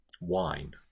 wine